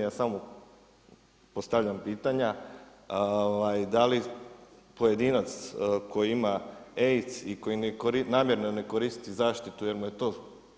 Ja samo postavljam pitanja da li pojedinac koji ima AIDS i koji namjerno ne koristi zaštitu jer mu to